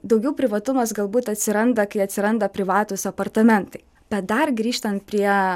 daugiau privatumas galbūt atsiranda kai atsiranda privatūs apartamentai bet dar grįžtant prie